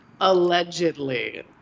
allegedly